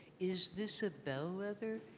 is this a bellwether?